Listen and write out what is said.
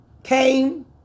Came